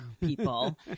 people